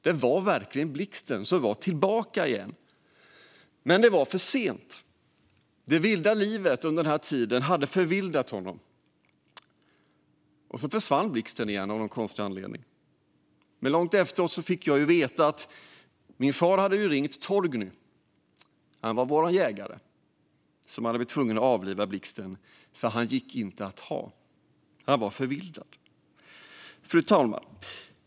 Det var verkligen Blixten som var tillbaka igen. Men det var för sent. Det vilda livet under den här tiden hade förvildat honom. Sedan försvann Blixten igen av någon konstig anledning. Långt efteråt fick jag veta att min far hade ringt Torgny. Han var vår jägare, som hade varit tvungen att avliva Blixten för att han inte gick att ha. Han var förvildad. Fru talman!